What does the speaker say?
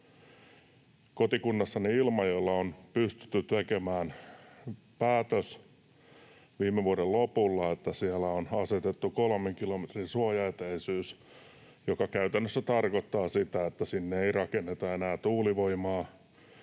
Kotikunnassani Ilmajoella on pystytty tekemään päätös viime vuoden lopulla, että siellä on asetettu kolmen kilometrin suojaetäisyys, joka käytännössä tarkoittaa sitä, että sinne ei rakenneta enää tuulivoimaa.